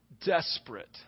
desperate